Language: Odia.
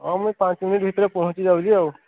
ହଁ ମୁଁ ପାଞ୍ଚ ମିନିଟ୍ ଭିତରେ ପହଁଚି ଯାଉଛି ଆଉ